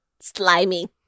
Slimy